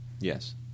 Yes